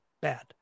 bad